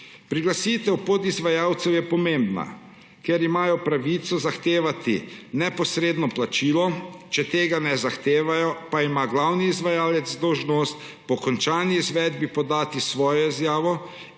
Priglasitev podizvajalcev je pomembna, ker imajo pravico zahtevati neposredno plačilo, če tega ne zahtevajo, pa ima glavni izvajalec dolžnost po končani izvedbi podati svojo izjavo in